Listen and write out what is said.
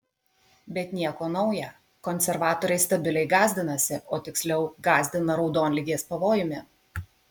bet nieko nauja konservatoriai stabiliai gąsdinasi o tiksliau gąsdina raudonligės pavojumi